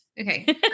Okay